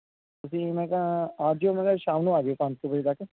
ਤੁਸੀਂ ਮੈਂ ਕਿਹਾ ਆ ਜਿਓ ਸ਼ਾਮ ਨੂੰ ਆ ਜਿਓ ਪੰਜ ਕੁ ਵਜੇ ਤੱਕ